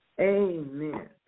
Amen